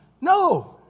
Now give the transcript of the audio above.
No